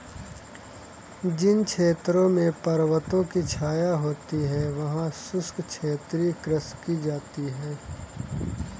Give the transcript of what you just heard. जिन क्षेत्रों में पर्वतों की छाया होती है वहां शुष्क क्षेत्रीय कृषि की जाती है